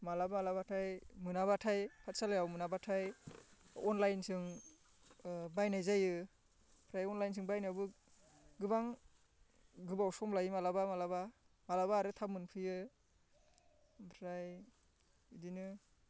माब्लाबा माब्लाबाथाय मोनाबाथाय पाथसालायाव मोनाबाथाय अनलाइनजों बायनाय जायो ओमफ्राय अनलाइसिम बायनायावबो गोबां गोबाव सम लायो माब्लाबा माब्लाबा माब्लाबा आरो थाब मोनफैयो ओमफ्राय बिदिनो